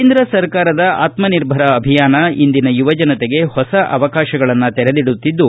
ಕೇಂದ್ರ ಸರ್ಕಾರದ ಆತ್ಮನಿರ್ಭರ ಅಭಿಯಾನ ಇಂದಿನ ಯುವಜನತೆಗೆ ಹೊಸ ಅವಕಾಶಗಳನ್ನು ತೆರೆದಿಡುತ್ತಿದ್ದು